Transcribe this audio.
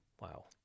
wow